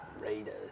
Raiders